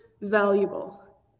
valuable